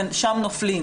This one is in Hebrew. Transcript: ושם נופלים